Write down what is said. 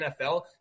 NFL